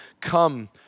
Come